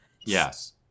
Yes